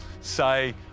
say